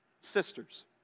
sisters